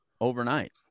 overnight